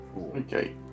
Okay